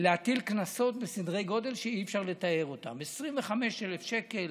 להטיל קנסות בסדרי גודל שאי-אפשר לתאר אותם: 25,000 שקל